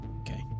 okay